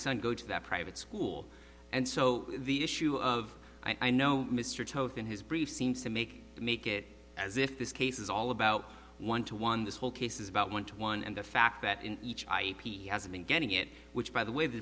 son go to that private school and so the issue of i know mr choate in his brief seems to make make it as if this case is all about one to one this whole case is about one to one and the fact that in each eye has been getting it which by the way the